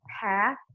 path